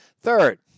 Third